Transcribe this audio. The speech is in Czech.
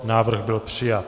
Návrh byl přijat.